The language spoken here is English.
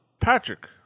Patrick